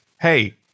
hey